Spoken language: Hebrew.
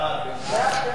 בבקשה.